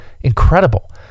incredible